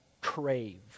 crave